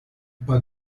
but